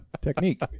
technique